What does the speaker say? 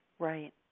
Right